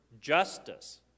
justice